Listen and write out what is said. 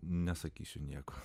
nesakysiu nieko